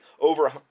over